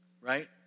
right